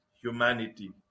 humanity